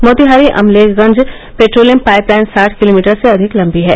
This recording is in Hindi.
मोतीहारी अमलेखगंज पेट्रोलियम पाइपलाइन साठ किलोमीटर से अधिक लंबी है